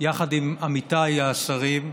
יחד עם עמיתיי השרים,